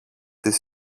τις